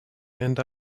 and